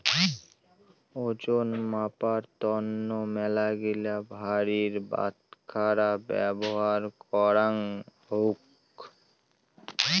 ওজন মাপার তন্ন মেলাগিলা ভারের বাটখারা ব্যবহার করাঙ হউক